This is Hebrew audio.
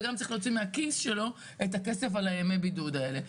גם הוא צריך להוציא מהכיס שלו את הכסף על הימי בידוד האלה.